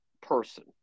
person